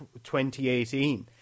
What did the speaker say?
2018